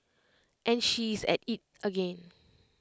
and she is at IT again